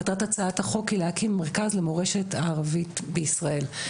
מטרת הצעת החוק היא להקים מרכז למורשת הערבית בישראל.